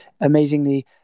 amazingly